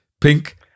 Pink